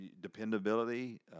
dependability